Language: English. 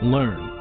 learn